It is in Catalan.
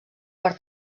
per